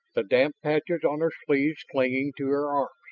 the damp patches on her sleeves clinging to her arms.